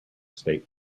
state